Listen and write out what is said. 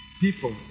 People